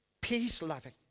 peace-loving